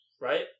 right